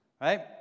Right